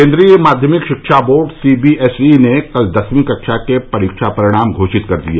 केंद्रीय माध्यमिक शिक्षा board C B S E ने कल दसवीं कक्षा के परीक्षा परिणाम घोषित किए